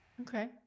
Okay